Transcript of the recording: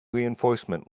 reinforcement